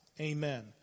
Amen